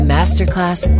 Masterclass